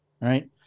right